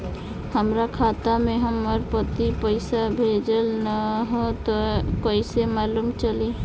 हमरा खाता में हमर पति पइसा भेजल न ह त कइसे मालूम चलि?